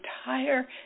entire